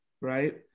right